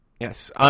yes